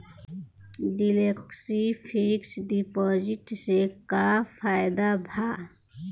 Flexi fix deposit से का फायदा भा?